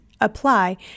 apply